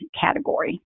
category